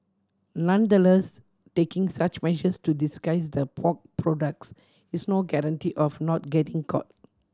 nonetheless taking such measures to disguise the pork products is no guarantee of not getting caught